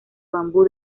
bambú